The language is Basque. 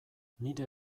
nire